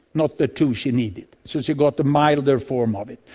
not the two she needed, so she got the milder form of it.